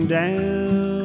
down